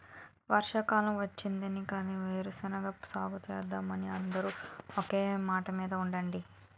వర్షాకాలం వచ్చింది కదా వేరుశెనగ సాగుసేద్దామని అందరం ఒకే మాటమీద ఉండండి